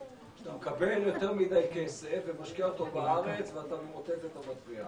שאתה מקבל יותר מידי כסף שאותו אתה משקיע בארץ וכך אתה ממוטט את המטבע.